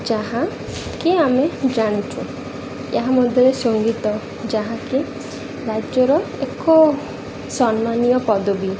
ଯାହାକି ଆମେ ଜାଣିଛୁ ଏହା ମଧ୍ୟରେ ସଙ୍ଗୀତ ଯାହାକି ରାଜ୍ୟର ଏକ ସମ୍ମାନୀୟ ପଦବୀ